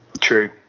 True